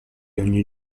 ogni